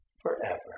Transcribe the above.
forever